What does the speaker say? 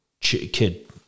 kid